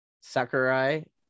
Sakurai